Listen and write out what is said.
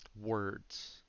words